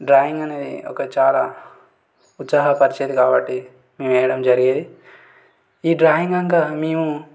drawing అనేది ఒక చాలా ఉత్సాహపరిచేది కాబట్టి మేము వెయ్యడం జరిగేది ఈ డ్రాయింగ్ అంతా మేము